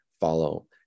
follow